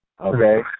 Okay